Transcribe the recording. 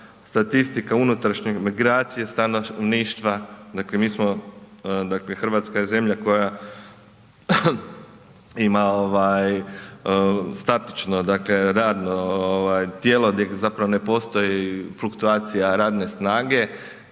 statistika unutrašnje migracije stanovništva. Dakle mi smo, Hrvatska je zemlja koja ima ovaj statično dakle radno ovaj tijelo gdje zapravo ne postoji fluktuacija radne snage